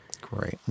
Great